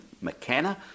McKenna